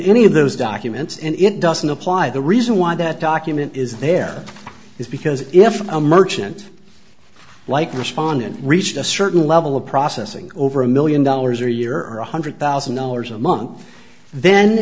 any of those documents and it doesn't apply the reason why that document is there is because if a merchant like respondent reached a certain level of processing over a million dollars a year or one hundred thousand dollars a month then